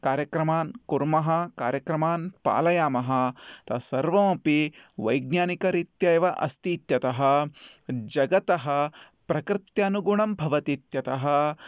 कार्यक्रमान् कुर्मः कार्यक्रमान् पालयामः तत् सर्वमपि वैज्ञानिकरीत्या एव अस्तीत्यतः जगतः प्रकृत्यनुगुणं भवति इत्यतः